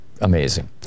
amazing